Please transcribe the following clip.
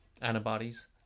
antibodies